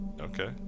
Okay